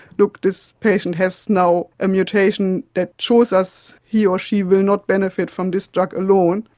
look, this patient has now a mutation that shows us he or she will not benefit from this drug alone.